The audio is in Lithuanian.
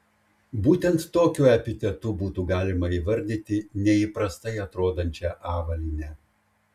būtent tokiu epitetu būtų galima įvardyti neįprastai atrodančią avalynę